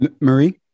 Marie